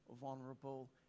vulnerable